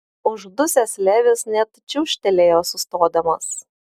uždusęs levis net čiūžtelėjo sustodamas